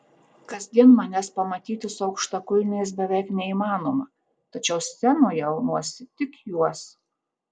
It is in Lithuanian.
kasdien manęs pamatyti su aukštakulniais beveik neįmanoma tačiau scenoje aunuosi tik juos